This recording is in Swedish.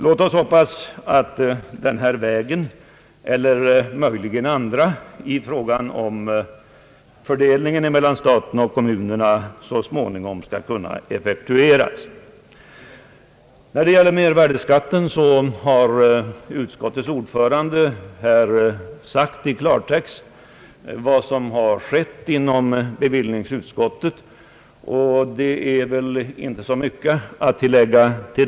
| Låt oss hoppas att den här eller andra vägar när det gäller fördelningen av medel mellan stat och kommuner så småningom skall kunna beträdas. Vad gäller mervärdeskatten har utskottets ordförande här i klartext redovisat vad som skett inom bevillningsutskottet, och det är väl inte så mycket att tillägga.